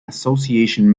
association